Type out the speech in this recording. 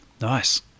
Nice